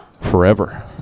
forever